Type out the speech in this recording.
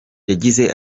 yagize